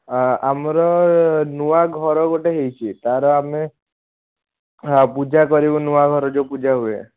ଆମର ନୂଆ ଘର ଗୋଟେ ହେଇଛି ତାର ଆମେ ପୂଜା କରିବୁ ନୂଆ ଘର ଯେଉଁ ପୂଜା ହୁଏ